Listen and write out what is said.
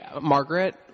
Margaret